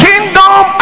kingdom